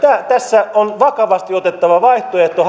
tässä on hallituksen budjettiesitykselle vakavasti otettava vaihtoehto